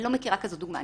אני לא מכירה כזו דוגמה.